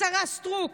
השרה סטרוק,